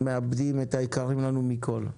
מאבדים את היקרים לנו מכל.